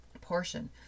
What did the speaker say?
portion